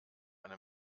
eine